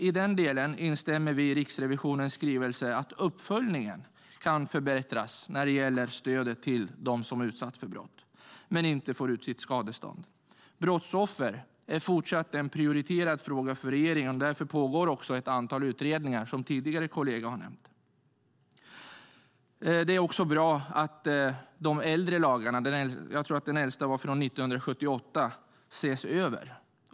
I den delen instämmer vi i Riksrevisionens skrivelse att uppföljningen kan förbättras när det gäller stödet till dem som utsatts för brott men inte får ut sitt skadestånd. Brottsoffer är fortsatt en prioriterad fråga för regeringen, och därför pågår också ett antal utredningar, vilket tidigare kolleger har nämnt. Det är också bra att de äldre lagarna - jag tror att den äldsta var från 1978 - ses över.